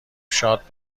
شاد